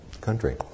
country